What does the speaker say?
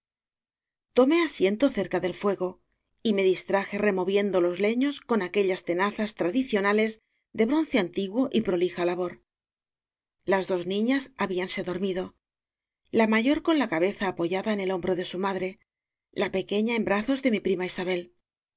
tomé asiento cerca del fuego y me dis traje removiendo los leños con aquellas te nazas tradicionales de bronce antiguo y pro lija labor las dos niñas habíanse dormido la mayor con la cabeza apoyada en el hom bro de su madre la pequeña en brazos de mi prima isabel